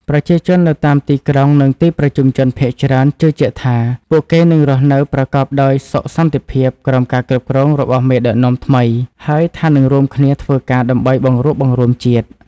ប្រជាជននៅតាមទីក្រុង និងទីប្រជុំជនភាគច្រើនជឿជាក់ថា ពួកគេនឹងរស់នៅប្រកបដោយសុខសន្តិភាពក្រោមការគ្រប់គ្រងរបស់មេដឹកនាំថ្មី ហើយថានឹងរួមគ្នាធ្វើការដើម្បីបង្រួបបង្រួមជាតិ។